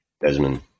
Desmond